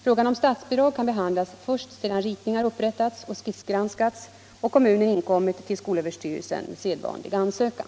Frågan om statsbidrag kan behandlas först sedan ritningar upprättats och skissgranskats och kommunen inkommit till skolöverstyrelsen med sedvanlig ansökan.